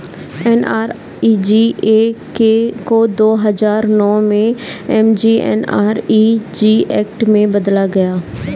NREGA को दो हजार नौ में एम.जी.एन.आर.इ.जी एक्ट में बदला गया